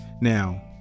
Now